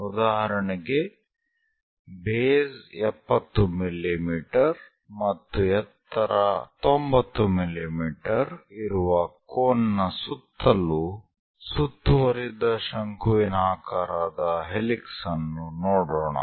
ಉದಾಹರಣೆಗೆ ಬೇಸ್ 70 ಮಿಮೀ ಮತ್ತು ಎತ್ತರ 90 ಮಿಮೀ ಇರುವ ಕೋನ್ ನ ಸುತ್ತಲೂ ಸುತ್ತುವರಿದ ಶಂಕುವಿನಾಕಾರದ ಹೆಲಿಕ್ಸ್ ಅನ್ನು ನೋಡೋಣ